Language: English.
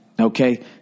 Okay